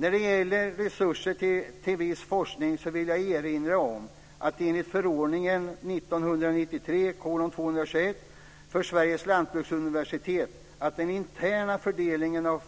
När det gäller resurser till viss forskning vill jag erinra om att enligt förordning 1993:221 för Sveriges lantbruksuniversitet ankommer den interna fördelningen av